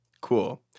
Cool